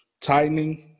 tightening